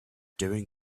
during